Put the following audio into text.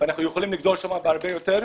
ואנחנו יכולים לגדול שם בהרבה יותר,